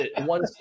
one